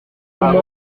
abo